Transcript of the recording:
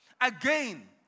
Again